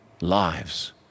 lives